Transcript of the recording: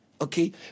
okay